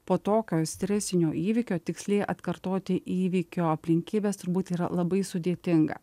po tokio stresinio įvykio tiksliai atkartoti įvykio aplinkybes turbūt yra labai sudėtinga